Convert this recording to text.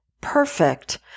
perfect